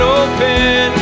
open